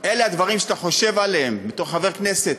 אלה הדברים שאתה חושב עליהם בתור חבר כנסת,